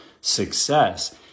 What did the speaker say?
success